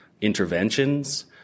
interventions